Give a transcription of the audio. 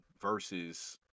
versus